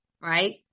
right